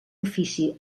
ofici